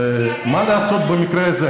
מה לעשות במקרה הזה?